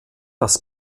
das